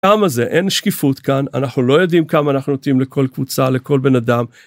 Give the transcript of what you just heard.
כמה זה אין שקיפות כאן אנחנו לא יודעים כמה אנחנו נוטים לכל קבוצה לכל בן אדם.